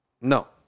No